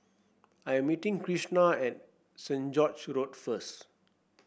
I am meeting Kristina at Saint George's Road first